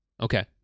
Okay